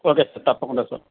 okay sir తప్పకుండా sir